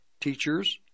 teachers